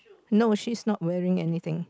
no she's not wearing anything